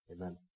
Amen